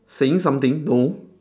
saying something no